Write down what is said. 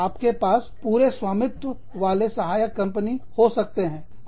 आपके पास पूरे स्वामित्व वाले सहायक कंपनी हो सकते है